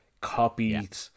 copied